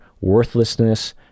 worthlessness